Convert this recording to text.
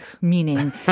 meaning